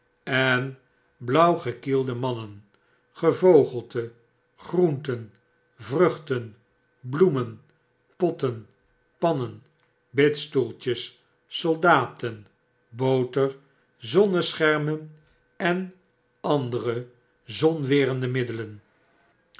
en blauwgekielde mannen gevogelte groenten vruchten bloemen potten pannen bidstoeltjes soldaten boter zonneschermen en andere zonwerende middelen